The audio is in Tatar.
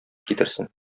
китерсен